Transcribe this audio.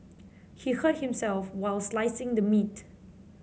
he hurt himself while slicing the meat